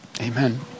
Amen